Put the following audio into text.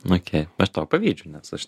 okei aš tau pavydžiu nes aš